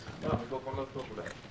כבר כרגע, זה לא משנה אם זה 224, או 230,